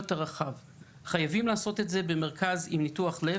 5 אחוזים.